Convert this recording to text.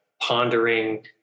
pondering